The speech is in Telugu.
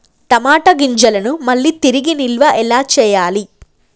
టమాట గింజలను మళ్ళీ తిరిగి నిల్వ ఎలా చేయాలి?